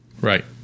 Right